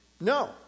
No